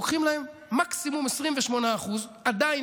לוקחים להן מקסימום 28% עדיין,